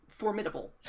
formidable